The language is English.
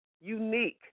unique